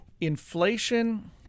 inflation